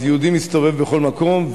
אז יהודי מסתובב בכל מקום,